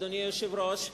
אדוני היושב-ראש,